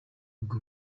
ubwo